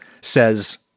says